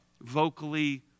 vocally